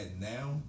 now